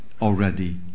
already